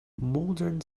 modern